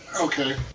Okay